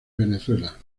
venezuela